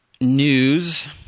news